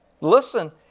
listen